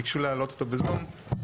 ביקשו להעלות אותו בזום,